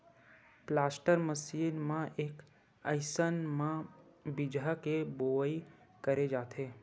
planter machine म एके line म बीजहा के बोवई करे जाथे